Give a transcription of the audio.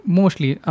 mostly